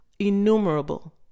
innumerable